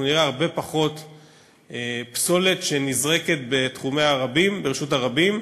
נראה הרבה פחות פסולת שנזרקת ברשות הרבים,